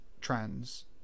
trans